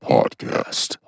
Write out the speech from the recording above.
Podcast